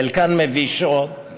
חלקן מבישות,